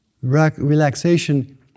Relaxation